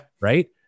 Right